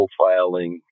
profiling